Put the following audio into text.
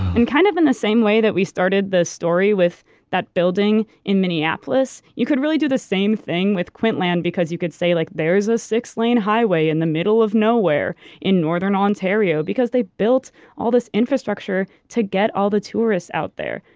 and kind of in the same way that we started this story with that building in minneapolis, you could really do the same thing with quintland because you could say, like there's a six-lane highway in the middle of nowhere in northern ontario because they built all this infrastructure to get all the tourists out there.